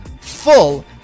full